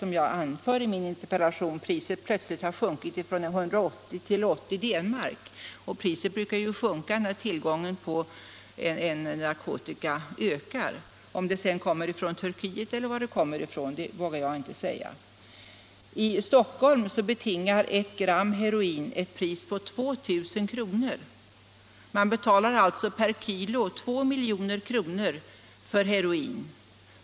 Som jag säger i min interpellation har priset där plötsligt sjunkit från 180 till 80 D-mark, och priset brukar ju sjunka när tillgången på narkotika ökar. Men om den narkotikan kommer från Turkiet eller från något annat land vågar jag inte uttala mig om. Här i Stockholm betingar emellertid ett gram heroin ett pris på 2000 kr. Missbrukarna betalar med andra ord 2 milj.kr. per kg heroin.